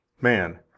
man